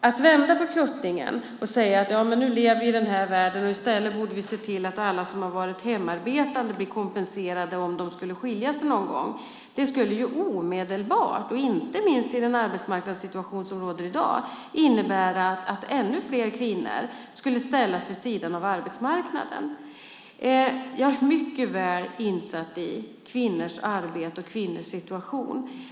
Att vända på kuttingen och säga att nu lever vi i den här världen och att vi i stället borde se till att alla som har varit hemarbetande blir kompenserade om de skulle skilja sig någon gång skulle omedelbart, inte minst i den arbetsmarknadssituation som råder i dag, innebära att ännu fler kvinnor skulle ställas vid sidan av arbetsmarknaden. Jag är mycket väl insatt i kvinnors arbete och kvinnors situation.